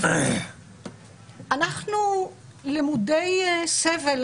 אנחנו למודי סבל,